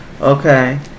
Okay